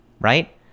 right